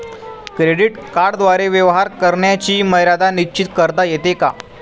Credit कार्डद्वारे व्यवहार करण्याची मर्यादा निश्चित करता येते का?